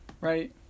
right